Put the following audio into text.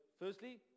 Firstly